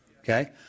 okay